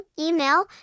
email